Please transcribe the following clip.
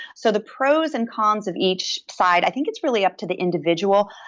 so the pros and cons of each side, i think it's really up to the individual.